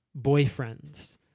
Boyfriends